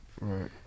Right